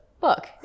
book